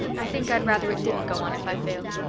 i think i'd rather it didn't go on if i failed!